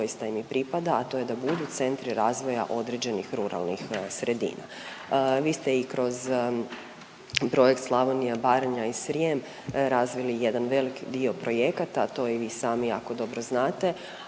i pripada, a to je da budu centri razvoja određenih ruralnih sredina. Vi ste i kroz Projekt Slavonija, Baranja i Srijem razvili jedan veliki dio projekata, a to i vi sami jako dobro znate,